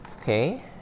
Okay